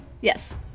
Yes